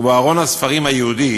ובארון הספרים היהודי